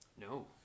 no